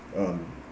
um